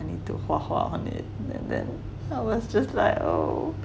you need to 画画 on it then then I was just like oh